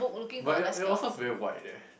but you you also is very white eh